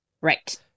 Right